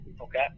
Okay